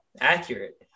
accurate